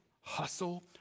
hustle